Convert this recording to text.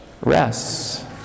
rests